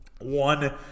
one-